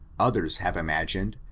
others have imagined,